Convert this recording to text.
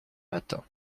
matins